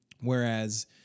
Whereas